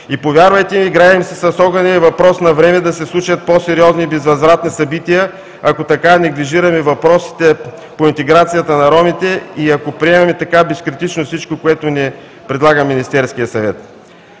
Повярвайте ми играем си с огъня и е въпрос на време да се случат по-сериозни и безвъзвратни събития, ако така неглижираме въпросите по интеграцията на ромите и ако приемем така безкритично всичко, което ни предлага Министерският съвет.